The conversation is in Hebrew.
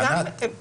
גם הם ירצו בכך.